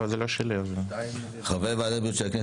מי בעד קבלת ההסתייגות?